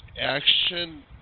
action